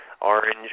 Orange